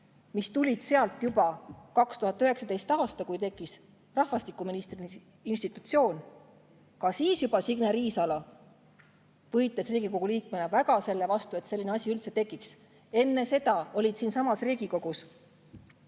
mis tulid sealt juba 2019. aastal, kui tekkis rahvastikuministri institutsioon? Ka siis Signe Riisalo võitles Riigikogu liikmena väga selle vastu, et selline asi üldse tekiks. Enne seda olid siinsamas Riigikogus